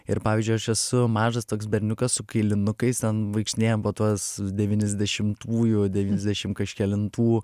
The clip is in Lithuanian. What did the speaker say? ir pavyzdžiui aš esu mažas toks berniukas su kailinukais ten vaikštinėjam po tuos devyniasdešimtųjų devyniasdešim kažkelintų